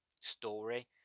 story